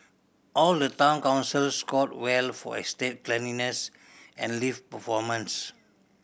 all the town councils scored well for estate cleanliness and lift performance